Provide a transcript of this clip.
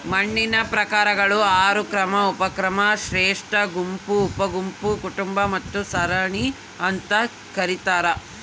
ಮಣ್ಣಿನ ಪ್ರಕಾರಗಳು ಆರು ಕ್ರಮ ಉಪಕ್ರಮ ಶ್ರೇಷ್ಠಗುಂಪು ಉಪಗುಂಪು ಕುಟುಂಬ ಮತ್ತು ಸರಣಿ ಅಂತ ಕರೀತಾರ